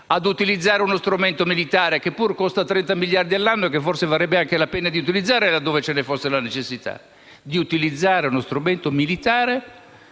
ad utilizzare lo strumento militare, che pur costa 30 miliardi all'anno e che forse varrebbe anche la pena di utilizzare laddove ce ne fosse la necessità - di utilizzare lo strumento militare,